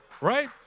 Right